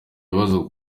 ibibazo